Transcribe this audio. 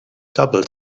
double